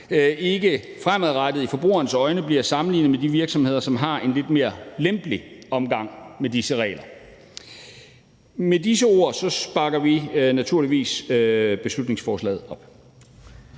ikke fremadrettet i forbrugernes øjne bliver sammenlignet med de virksomheder, som har en lidt mere lempelig omgang med disse regler. Med disse ord bakker vi naturligvis beslutningsforslaget op.